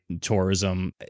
tourism